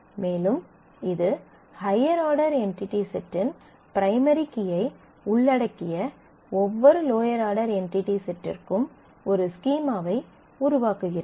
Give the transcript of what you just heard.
மேலும் இது higher order entity செட்டின் ப்ரைமரி கீயை உள்ளடக்கிய ஒவ்வொரு லோயர் ஆர்டர் என்டிடி செட்டிற்கும் ஒரு ஸ்கீமாவை உருவாக்குகிறது